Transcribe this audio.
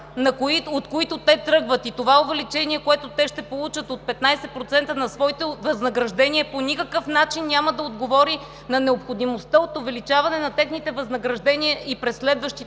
от които те тръгват, и това увеличение, което те ще получат от 15% на своите възнаграждения, по никакъв начин няма да отговори на необходимостта от увеличаване на техните възнаграждения и през следващите